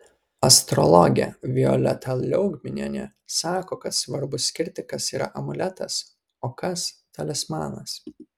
astrologė violeta liaugminienė sako kad svarbu skirti kas yra amuletas o kas talismanas